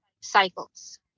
cycles